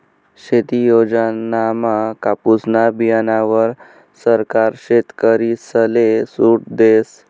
शेती योजनामा कापुसना बीयाणावर सरकार शेतकरीसले सूट देस